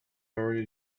already